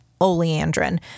Oleandrin